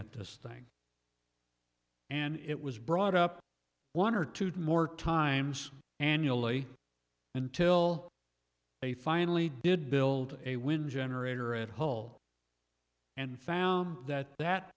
at this thing and it was brought up one or two to more times annually until they finally did build a wind generator at hull and found that that